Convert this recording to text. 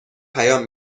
پیام